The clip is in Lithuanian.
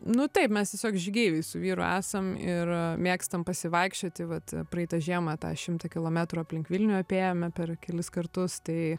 nu taip mes tiesiog žygeiviai su vyru esam ir mėgstam pasivaikščioti vat praeitą žiemą tą šimtą kilometrų aplink vilnių apėjome per kelis kartus tai